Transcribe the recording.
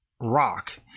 rock